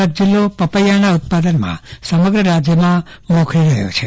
કચ્છ જિલ્લો પપૈયાના ઉત્પાદનમાં સમગ્ર રાજ્યમાં મોખરે રહ્યો છે